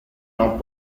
non